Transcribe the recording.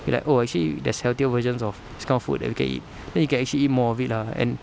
will like oh actually there's healthier versions of this kind of food that we can eat then you can actually eat more of it lah and